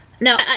No